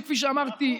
שכפי שאמרתי,